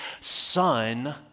son